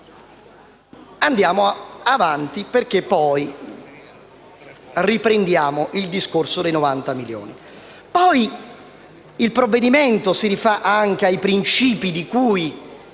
andiamo avanti, perché poi riprenderemo il discorso dei 90 milioni.